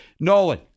Nolan